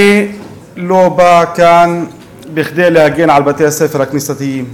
אני לא בא לכאן כדי להגן על בתי-הספר הכנסייתיים,